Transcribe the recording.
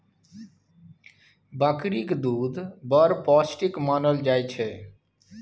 बकरीक दुध बड़ पौष्टिक मानल जाइ छै